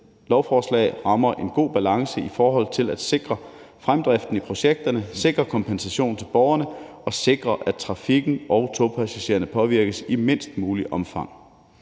lovforslag rammer en god balance i forhold til at sikre fremdriften i projekterne, at sikre kompensation til borgerne og at sikre, at trafikken og togpassagererne påvirkes i mindst muligt omfang.